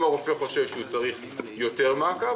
אם הרופא חושב שהוא צריך יותר מעקב,